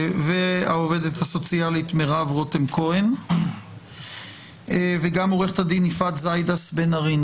עובדת סוציאלית מרב רותם כהן ועורכת הדין יפעת זיידיס בן ארי.